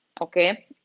okay